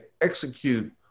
execute